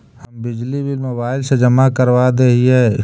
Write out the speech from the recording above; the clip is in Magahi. हम बिजली बिल मोबाईल से जमा करवा देहियै?